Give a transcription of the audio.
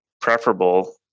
preferable